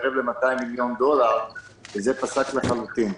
מתקרב ל-200 מיליון דולר וזה פסק לחלוטין.